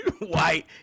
white